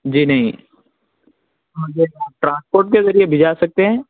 جی نہیں ہاں ٹرانسپورٹ کے ذریعے بھیجا سکتے ہیں